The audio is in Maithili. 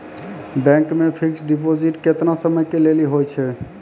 बैंक मे फिक्स्ड डिपॉजिट केतना समय के लेली होय छै?